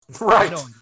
Right